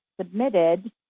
submitted